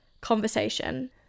conversation